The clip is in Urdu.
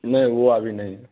نہیں وہ ابھی نہیں ہے